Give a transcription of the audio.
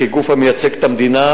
כגוף המייצג את המדינה,